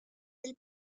del